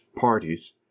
parties—